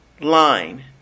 line